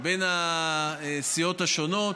הסיעות השונות.